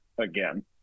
again